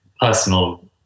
personal